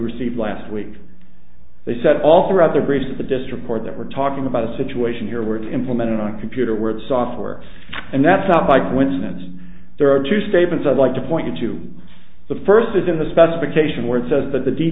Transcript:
received last week they said all throughout the region of the district court that we're talking about a situation here where it's implemented on a computer where it's software and that's not by coincidence there are two statements i'd like to point you to the first is in the specification where it says that the d